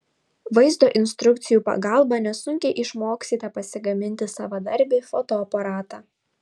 vaizdo instrukcijų pagalba nesunkiai išmoksite pasigaminti savadarbį fotoaparatą